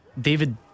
David